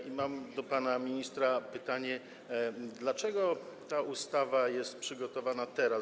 I mam do pana ministra pytanie: Dlaczego ta ustawa jest przygotowana teraz?